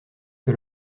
que